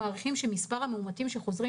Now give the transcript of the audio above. אנחנו מעריכים שמספר המאומתים שחוזרים